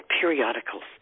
periodicals